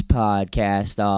podcast